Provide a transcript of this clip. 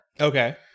Okay